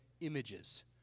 images